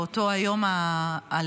באותו היום הלאומי,